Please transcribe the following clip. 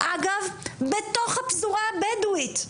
אגב, בתוך הפזורה הבדואית.